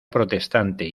protestante